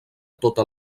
tota